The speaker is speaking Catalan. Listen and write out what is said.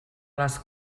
les